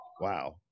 wow